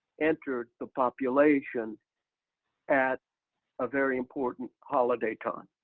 entered the population at a very important holiday time.